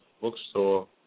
Bookstore